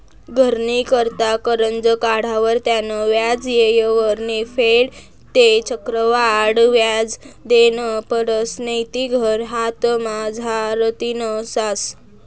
घरनी करता करजं काढावर त्यानं व्याज येयवर नै फेडं ते चक्रवाढ व्याज देनं पडसं नैते घर हातमझारतीन जास